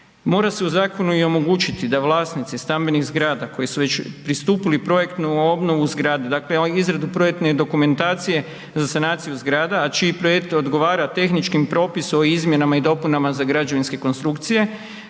Mora se u zakonu i omogućiti da vlasnici stambenih zgrada koji su već pristupili projektnu obnovu zgrade, dakle izradu projektne dokumentacije za sanaciju zgrada, a čiji projekt odgovara tehničkom Propisu o izmjenama i dopunama za građevinske konstrukcije,